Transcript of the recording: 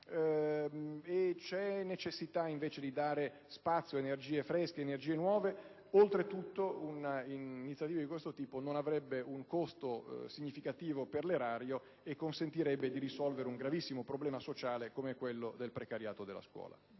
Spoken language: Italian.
c'è necessità di dare invece spazio ed energie fresche e nuove. Oltretutto un'iniziativa di questo tipo non avrebbe un costo significativo per l'erario e consentirebbe di risolvere un gravissimo problema sociale come quello del precariato della scuola.